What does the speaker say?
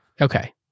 Okay